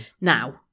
Now